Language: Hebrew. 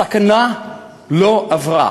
הסכנה לא עברה